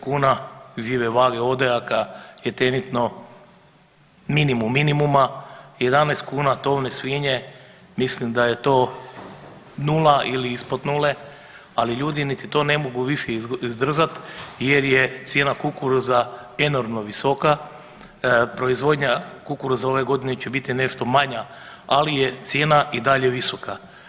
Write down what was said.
kuna žive vage odojaka je trenutno minimum minimuma, 11 kuna tovne svinje, mislim da je to 0 ili ispod nule, ali ljudi niti to ne mogu više izdržati jer je cijena kukuruza enormno visoka, proizvodnja kukuruza ove godine će biti nešto manja, ali je cijena i dalje visoka.